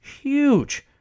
huge